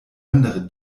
andere